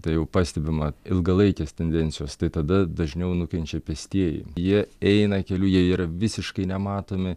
tai jau pastebima ilgalaikės tendencijos tai tada dažniau nukenčia pėstieji jie eina keliu jie yra visiškai nematomi